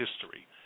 history